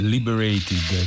Liberated